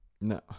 no